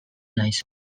naiz